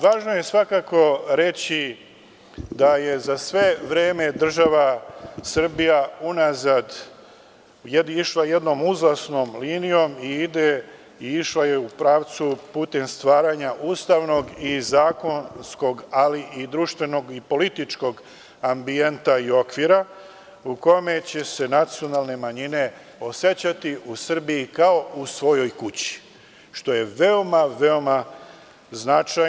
Važno je svakako reći da je za sve vreme država Srbija unazad išla jednom uzlaznom linijom i ide i išla je u pravcu putem stvaranja ustavnog i zakonskog, ali i društvenog i političkog ambijenta i okvira, u kome će se nacionalne manjine osećati u Srbiji kao u svojoj kući, što je veoma značajno.